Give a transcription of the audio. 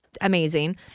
amazing